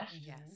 Yes